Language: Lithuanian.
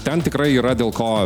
ten tikrai yra dėl ko